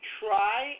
try